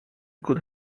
could